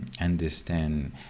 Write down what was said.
understand